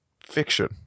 Fiction